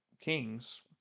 Kings